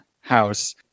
house